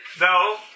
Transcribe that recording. No